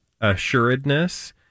assuredness